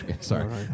Sorry